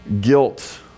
guilt